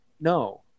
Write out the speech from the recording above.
No